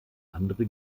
andere